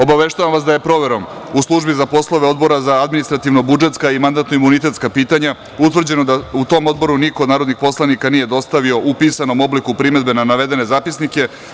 Obaveštavam vas da je proverom u Službi za poslove Odbora za administrativno-budžetska i mandatno-imunitetska pitanja utvrđeno da tom Odboru niko od narodnih poslanika nije dostavio u pisanom obliku primedbe na navedene zapisnike.